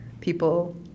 people